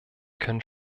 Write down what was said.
können